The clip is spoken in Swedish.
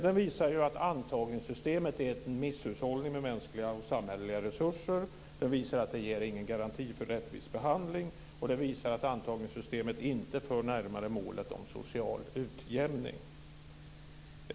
Den visar ju att antagningssystemet är en misshushållning med mänskliga och samhälleliga resurser. Den visar att det inte ger någon garanti för rättvis behandling, och den visar att antagningssystemet inte för närmare målet om social utjämning.